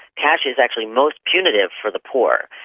cash is actually most punitive for the poor.